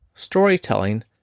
Storytelling